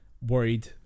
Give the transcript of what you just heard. worried